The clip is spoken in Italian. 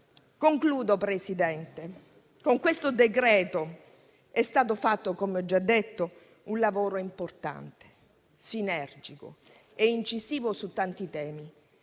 conclusione, Presidente, con questo decreto-legge è stato fatto, come ho già detto, un lavoro importante, sinergico e incisivo su tanti temi.